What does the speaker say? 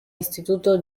instituto